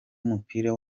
w’umupira